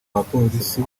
bapolisi